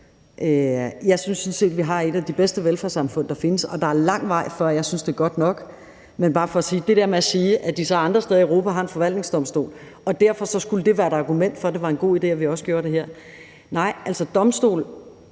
set, vi har et af de bedste velfærdssamfund, der findes. Der er lang vej til, at jeg synes, det er godt nok, men til det der med at sige, at de andre steder i Europa har en forvaltningsdomstol, og at det derfor skulle være et argument for, at det var en god idé, at vi også havde det her, vil jeg sige: